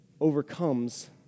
overcomes